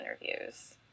interviews